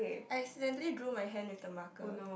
I accidentally drew my hand with the marker